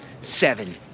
seven